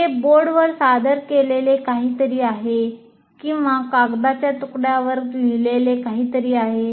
हे बोर्डवर सादर केलेले काहीतरी आहे किंवा कागदाच्या तुकड्यावर लिहिलेले काहीतरी आहे